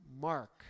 Mark